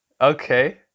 Okay